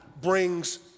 brings